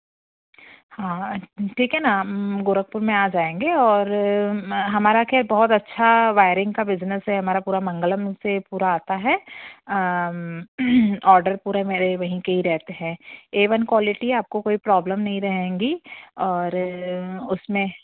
हाँ ठीक है ना गोरखपुर में आ जाएँगे और म हमारा क्या बहुत अच्छा वायरिंग का बिज़नेस है हमारा पूरा मंगलम से पूरा आता है ऑर्डर पूरा मेरे वहीं के ही रहते हैं ए वन क्वालिटी है आपको कोई प्रॉब्लम नहीं रहेगी और उसमें